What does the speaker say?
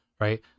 right